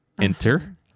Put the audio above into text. Enter